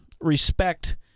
respect